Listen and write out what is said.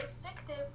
effective